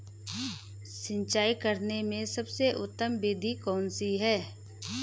सिंचाई करने में सबसे उत्तम विधि कौन सी है?